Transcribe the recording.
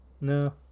No